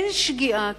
אין שגיאה,